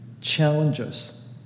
challenges